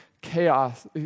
chaos